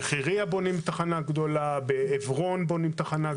בחירייה בונים תחנה גדולה ובעברון בונים תחנה גדולה.